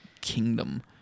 kingdom